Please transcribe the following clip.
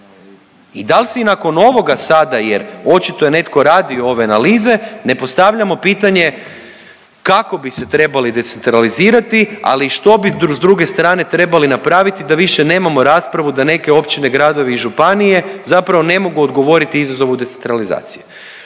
I dal se i nakon ovoga sada jer očito netko radi ove analize, ne postavljamo pitanje kako bi se trebali decentralizirati, ali i što bi s druge strane trebali napraviti da više nemamo rasprave, da neke općine, gradovi i županije zapravo ne mogu odgovoriti izazovu decentralizacije?